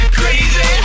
crazy